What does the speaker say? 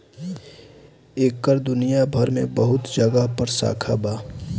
एकर दुनिया भर मे बहुत जगह पर शाखा बा